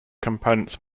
components